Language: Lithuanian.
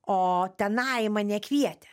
o tenai mane kvietė